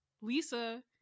Lisa